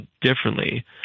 differently